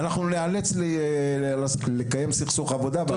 אנחנו ניאלץ לקיים סכסוך עבודה והשבתה.